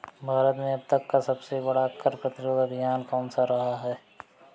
भारत में अब तक का सबसे बड़ा कर प्रतिरोध अभियान कौनसा रहा है?